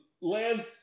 lands